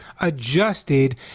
adjusted